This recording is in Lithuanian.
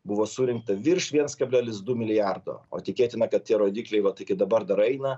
buvo surinkta virš viens kablelis du milijardo o tikėtina kad tie rodikliai vat iki dabar dar eina